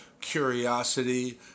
curiosity